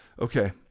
Okay